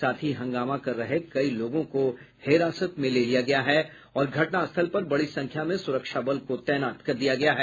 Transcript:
साथ ही हंगामा कर रहे कई लोगों को हिरासत में लिया गया है और घटनास्थल पर बड़ी संख्या में सुरक्षा बलों को तैनात किया गया है